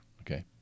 Okay